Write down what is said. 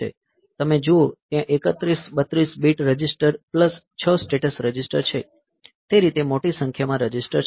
તમે જુઓ ત્યાં 31 32 bit register plus 6 status register છે તે રીતે મોટી સંખ્યામાં રજિસ્ટર છે